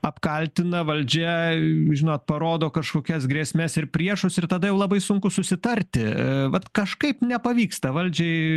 apkaltina valdžia žinot parodo kažkokias grėsmes ir priešus ir tada jau labai sunku susitarti vat kažkaip nepavyksta valdžiai